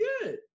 good